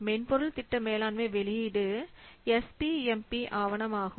மென்பொருள் திட்ட மேலாண்மை வெளியீடு எஸ்பிஎம்பி ஆவணமாகும்